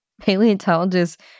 paleontologists